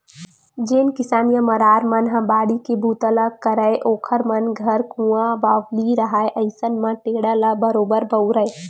जेन किसान या मरार मन ह बाड़ी के बूता ल करय ओखर मन घर कुँआ बावली रहाय अइसन म टेंड़ा ल बरोबर बउरय